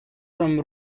from